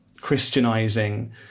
Christianizing